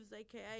aka